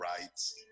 Rights